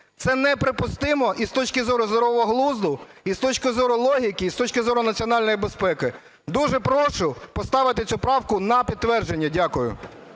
Це неприпустимо і з точки зору здорового глузду і з точки зору логіки, і з точки зору національної безпеки. Дуже прошу поставити цю правку на підтвердження. Дякую.